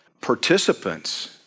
participants